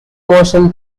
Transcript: motion